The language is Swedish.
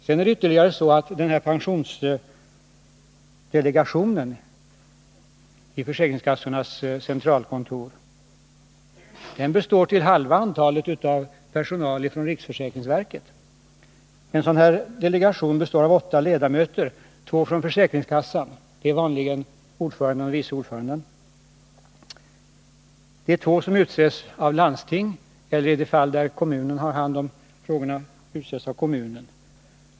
Vidare består halva antalet ledamöter i pensionsdelegationen vid försäkringskassornas centralkontor av personal från riksförsäkringsverket. Delegationen har åtta ledamöter. Två kommer från försäkringskassan — det är vanligen ordföranden och vice ordföranden. Två utses av landstinget eller, i de fall kommunen har hand om frågorna, av kommunen.